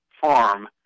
farm